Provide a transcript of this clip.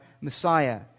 Messiah